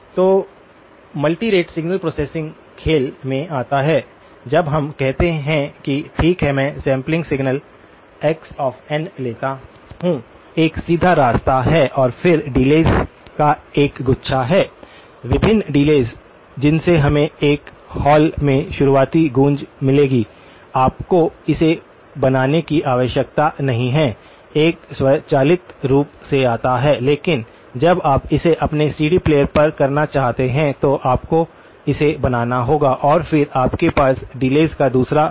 तो multirate signal processing खेल में आता है जब हम कहते हैं कि ठीक है मैं sampling signal x of n लेता हूं एक सीधा रास्ता है और फिर डिलेस का एक गुच्छा है विभिन्न डिलेस जिनसे हमें एक हॉल में शुरुआती गूँज मिलेंगी आपको इसे बनाने की आवश्यकता नहीं है यह स्वचालित रूप से आता है लेकिन जब आप इसे अपने सीडी प्लेयर पर करना चाहते हैं तो आपको इसे बनाना होगा और फिर आपके पास डिलेस का दूसरा सेट होगा